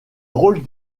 rôle